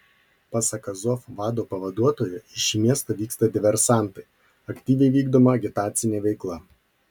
pasak azov vado pavaduotojo į šį miestą vyksta diversantai aktyviai vykdoma agitacinė veikla